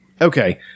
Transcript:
Okay